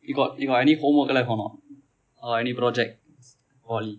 you got you got any homework left or not or any projects poly